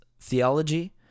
theology